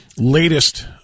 Latest